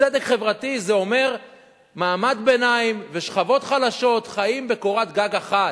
צדק חברתי אומר שמעמד הביניים ושכבות חלשות חיים תחת קורת גג אחת,